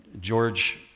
George